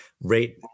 Rate